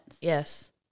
yes